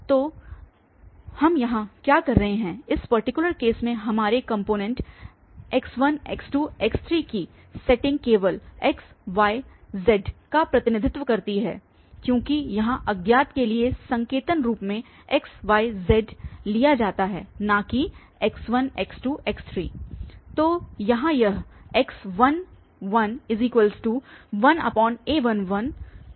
तो हम यहाँ क्या कर रहे हैं इस पर्टीकुलर केस में हमारे कॉम्पोनेंट x1 x2 x3 की सेटिंग्स केवल x y z का प्रतिनिधित्व करती हैं क्योंकि यहां अज्ञात के लिए संकेतन रूप मेंx y z लिया जाता है न कि x1 x2 x3